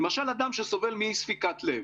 למשל, אדם שסובל מאי ספיקת לב.